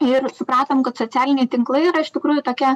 ir supratom kad socialiniai tinklai yra iš tikrųjų tokia